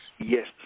yes